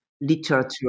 literature